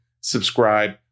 subscribe